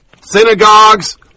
Synagogues